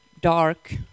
dark